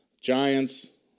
Giants